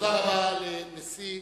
תודה רבה לנשיא.